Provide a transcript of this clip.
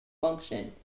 function